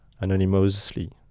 anonymously